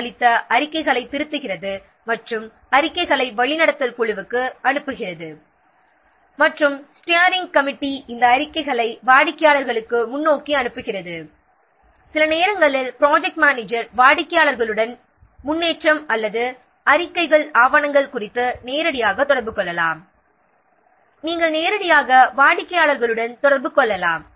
அளித்த அறிக்கைகளைத் திருத்துகிறரார் மற்றும் அறிக்கைகளை வழிநடத்தல் குழுவுக்கு அனுப்பபடுகிறது மற்றும் ஸ்டீயரிங் கமிட்டி இந்த அறிக்கைகளை வாடிக்கையாளர்களுக்கு முன்னோக்கி அனுப்புகிறது சில நேரங்களில் ப்ராஜெக்ட் மேனேஜர் வாடிக்கையாளருடன் முன்னேற்றம் அல்லது அறிக்கைகள் ஆவணங்கள் குறித்து நேரடியாக தொடர்பு கொள்ளலாம் நாம் நேரடியாக வாடிக்கையாளர்களுடன் தொடர்பு கொள்ளலாம்